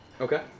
Okay